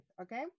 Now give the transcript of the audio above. okay